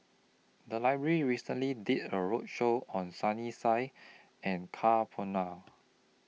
The Library recently did A roadshow on Sunny Sia and Ka Perumal